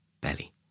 belly